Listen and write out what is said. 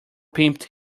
pimped